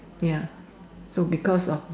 ya so because of